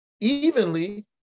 evenly